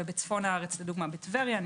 ובצפון הארץ כדוגמה טבריה.